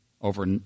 over